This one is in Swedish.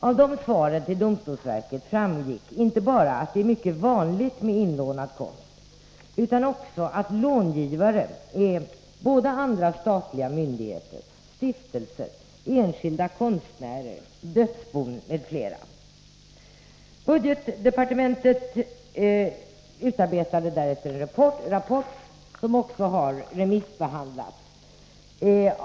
Av svaren till domstolsverket framgick inte bara att det är mycket vanligt med inlånad konst utan också att långivare är både andra statliga myndigheter, stiftelser, enskilda konstnärer, dödsbon m.fl. Budgetdepartementet utarbetade därefter en rapport, som också har remissbehandlats.